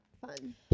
Fun